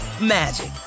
magic